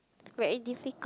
very difficult